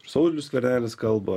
ir saulius skvernelis kalba